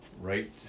right